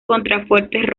contrafuertes